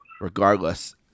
regardless